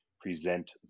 present